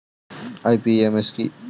IMPS কি?